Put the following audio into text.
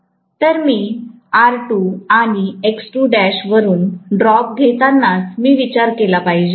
तर मी R2 आणि वरून ड्रॉप घेतानाच मी विचार केला पाहिजे